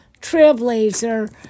trailblazer